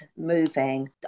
moving